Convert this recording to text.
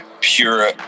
pure